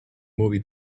movie